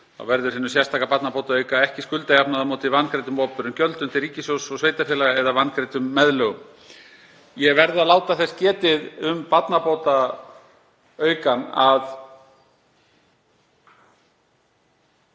Þá verður hinum sérstaka barnabótaauka ekki skuldajafnað á móti vangreiddum opinberum gjöldum til ríkissjóðs og sveitarfélaga eða vangreiddum meðlögum. Ég verð að láta þess getið um barnabótaaukann að